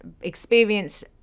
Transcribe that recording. experience